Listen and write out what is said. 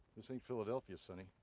this ain't philadelphia, sonny.